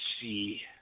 see